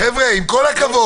חבר הכנסת סעדי,